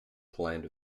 planned